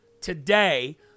today